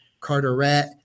Carteret